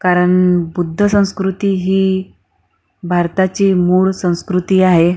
कारण बुद्ध संस्कृती ही भारताची मूळ संस्कृती आहे